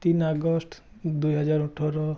তিনি আগষ্ট দুই হেজাৰ ওঁঠৰ